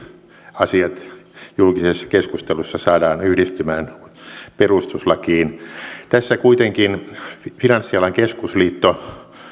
asiat julkisessa keskustelussa saadaan yhdistymään perustuslakiin tässä kuitenkin finanssialan keskusliitto